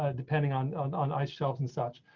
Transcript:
ah depending on on on ice shelf and such.